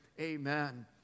Amen